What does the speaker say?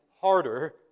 harder